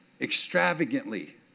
extravagantly